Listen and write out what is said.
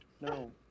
No